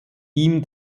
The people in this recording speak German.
ihm